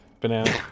banana